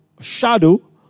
shadow